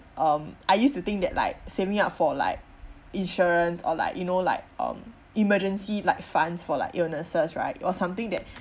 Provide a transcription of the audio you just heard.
um I used to think that like saving up for like insurance or like you know like um emergency like funds for like illnesses right it was something that